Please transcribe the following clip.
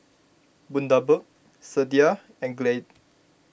Bundaberg Sadia and Glade